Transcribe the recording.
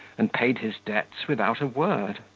and paid his debts without a word.